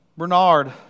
Bernard